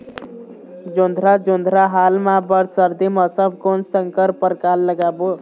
जोंधरा जोन्धरा हाल मा बर सर्दी मौसम कोन संकर परकार लगाबो?